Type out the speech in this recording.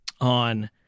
on